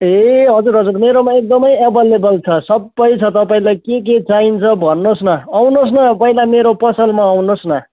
ए हजुर हजुर मेरोमा एकदम एभाइलेभल छ सबै छ तपाईँलाई के के चाहिन्छ भन्नु होस् न आउनु होस् न पहिला मेरो पसलमा आउनु होस् न